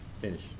finish